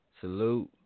Salute